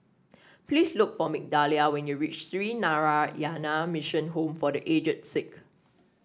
please look for Migdalia when you reach Sree Narayana Mission Home for The Aged Sick